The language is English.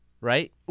right